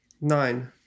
Nine